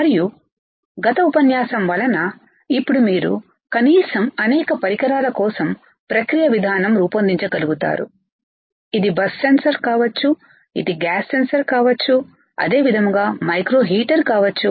మరియు గత ఉపన్యాసం వలన ఇప్పుడు మీరు కనీసం అనేక పరికరాల కోసం ప్రక్రియ విధానం రూపొందించ గలుగుతారు ఇది బస్ సెన్సార్ కావచ్చు ఇది గ్యాస్ సెన్సార్ కావచ్చు అదే విధంగా మైక్రో హీటర్ కావచ్చు